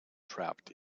trapped